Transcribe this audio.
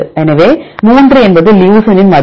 எனவே 3 என்பது லுசினின் மதிப்பு